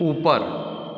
ऊपर